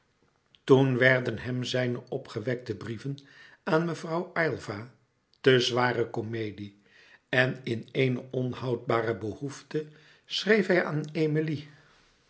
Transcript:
toen werden hem zijne opgewekte brieven aan mevrouw aylva te zware comedie en in eene onhoudbare behoefte schreef hij aan emilie